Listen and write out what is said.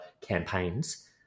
campaigns